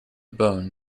bone